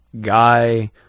guy